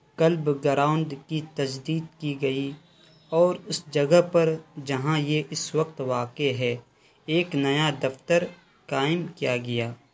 کل big ground کی تجدید کی گئی اور اس جگہ پر جہاں یہ اس وقت واقع ہے ایک نیا دفتر قائم کیا گیا